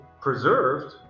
preserved